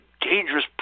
dangerous